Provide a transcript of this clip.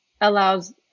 allows